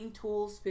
Tools